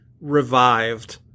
revived